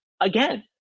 again